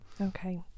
Okay